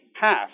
half